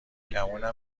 گمونم